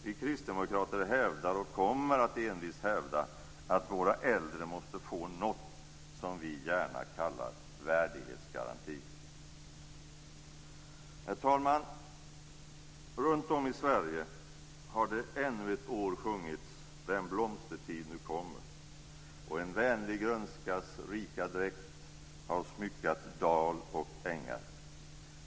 Vi kristdemokrater hävdar, och kommer envist att hävda, att våra äldre måste få något som vi gärna kallar för en värdighetsgaranti. Herr talman! Runtom i Sverige har det ännu ett år sjungits "Den blomstertid nu kommer -." och "En vänlig grönskas rika dräkt har smyckat dal och ängar."